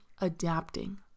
adapting